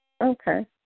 Okay